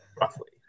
roughly